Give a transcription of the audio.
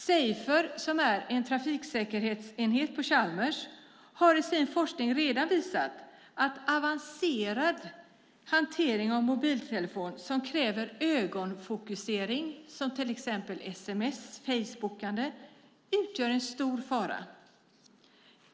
Safer, som är en trafiksäkerhetsenhet på Chalmers, har i sin forskning redan visat att avancerad hantering av mobiltelefon som kräver ögonfokusering, till exempel sms:ande och facebookande, utgör en stor fara.